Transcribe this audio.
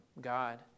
God